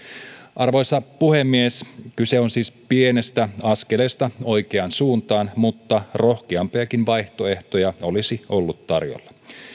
arvoisa puhemies kyse on siis pienestä askeleesta oikeaan suuntaan mutta rohkeampiakin vaihtoehtoja olisi ollut tarjolla